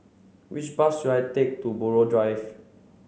which bus should I take to Buroh Drive